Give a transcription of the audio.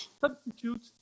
substitute